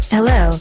Hello